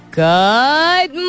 good